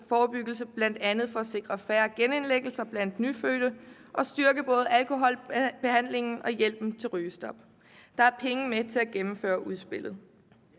forebyggelse, bl.a. for at sikre færre genindlæggelser blandt nyfødte og styrke både alkoholbehandlingen og hjælpen til rygestop. Der er penge med til at gennemføre udspillet.